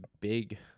big